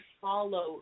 follow